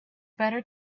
better